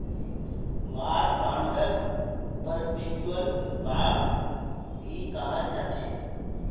war बांडक perpetual bond भी कहाल जाछे